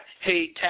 hey